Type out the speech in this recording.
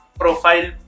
profile